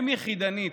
אם יחידנית.